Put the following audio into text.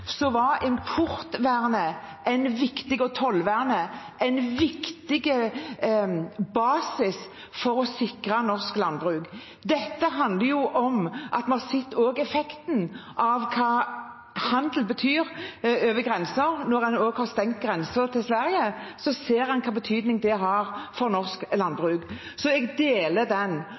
og tollvernet en viktig basis for å sikre norsk landbruk. Dette handler jo om at vi også har sett effekten av hva handel betyr over grenser. Når en også har stengt grensen til Sverige, ser en hvilken betydning det har for norsk landbruk. Så jeg deler den.